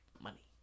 money